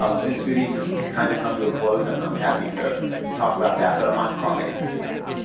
um since good eats has kind of come to a close, i'm um happy to to talk about that, but i might cry just a little bit.